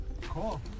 Cool